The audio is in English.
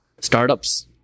startups